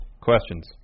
Questions